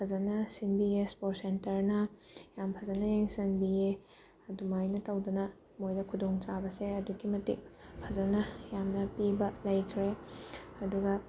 ꯐꯖꯅ ꯁꯤꯟꯕꯤꯌꯦ ꯏꯁꯄꯣꯔꯠ ꯁꯦꯟꯇꯔꯅ ꯌꯥꯝ ꯐꯖꯅ ꯌꯦꯡꯁꯤꯟꯕꯤꯌꯦ ꯑꯗꯨꯃꯥꯏꯅ ꯇꯧꯗꯅ ꯃꯣꯏꯗ ꯈꯨꯗꯣꯡꯆꯥꯕꯁꯦ ꯑꯗꯨꯛꯀꯤ ꯃꯇꯤꯛ ꯐꯖꯅ ꯌꯥꯝꯅ ꯄꯤꯕ ꯂꯩꯈ꯭ꯔꯦ ꯑꯗꯨꯒ